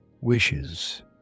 wishes